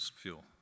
fuel